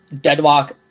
Deadlock